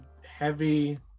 heavy